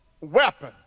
weapon